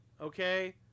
okay